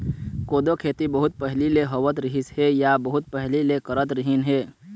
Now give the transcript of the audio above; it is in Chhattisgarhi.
कोदो खेती बहुत पहिली ले होवत रिहिस हे या बहुत पहिली ले करत रिहिन हे